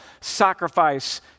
sacrifice